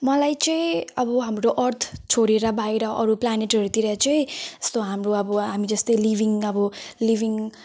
मलाई चाहिँ अब हाम्रो अर्थ छोडेर बाहिर अरू प्लानेटहरूतिर चाहिँ यस्तो हाम्रो अब हामी जस्तै लिभिङ अब लिभिङ